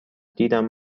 دیدم